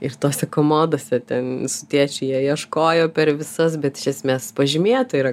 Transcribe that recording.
ir tose komodose ten su tėčiu jie ieškojo per visas bet iš esmės pažymėta yra